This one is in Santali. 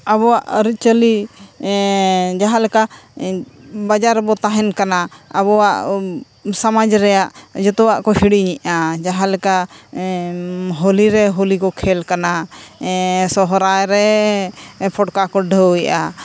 ᱟᱵᱚᱣᱟᱜ ᱟᱹᱨᱤᱪᱟᱹᱞᱤ ᱡᱟᱦᱟᱸᱞᱮᱠᱟ ᱵᱟᱡᱟᱨ ᱨᱮᱵᱚ ᱛᱟᱦᱮᱱ ᱠᱟᱱᱟ ᱟᱵᱚᱣᱟᱜ ᱥᱟᱢᱟᱡᱽ ᱨᱮᱭᱟᱜ ᱡᱚᱛᱚᱣᱟᱜ ᱠᱚ ᱦᱤᱲᱤᱧᱮᱫᱼᱟ ᱡᱟᱦᱟᱸᱞᱮᱠᱟ ᱦᱳᱞᱤᱨᱮ ᱦᱳᱞᱤᱠᱚ ᱠᱷᱮᱹᱞ ᱠᱟᱱᱟ ᱥᱚᱦᱨᱟᱭᱨᱮ ᱯᱷᱚᱴᱠᱟᱠᱚ ᱰᱷᱩᱭᱮᱫᱼᱟ